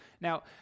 Now